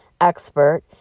expert